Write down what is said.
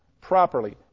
properly